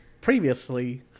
Previously